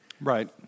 Right